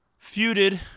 feuded